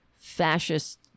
Fascist